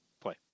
Play